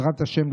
בעזרת השם,